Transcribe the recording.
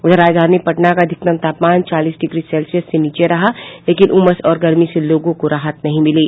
उधर राजधानी पटना का अधिकतम तापमान चालीस डिग्री सेल्सियस से नीचे रहा लेकिन उमस और गर्मी से लोगों को राहत नहीं मिली